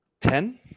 Ten